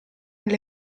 alle